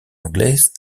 anglaise